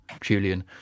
Julian